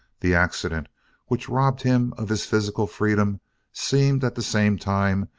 the accident which robbed him of his physical freedom seemed, at the same time,